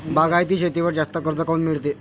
बागायती शेतीवर जास्त कर्ज काऊन मिळते?